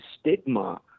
stigma